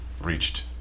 reached